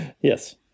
Yes